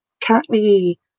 currently